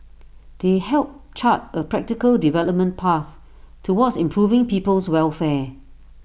they help chart A practical development path towards improving people's welfare